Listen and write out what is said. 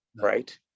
right